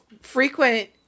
frequent